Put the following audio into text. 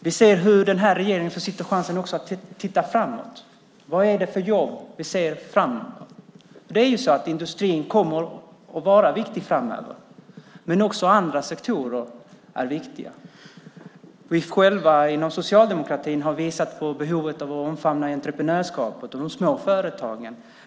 Vi ser hur regeringen försitter chansen att också titta framåt. Vad är det för jobb vi ser framöver? Industrin kommer att vara viktig framöver, men också andra sektorer är viktiga. Vi socialdemokrater har visat på behovet av att omfamna entreprenörskap och de små företagen.